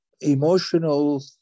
emotional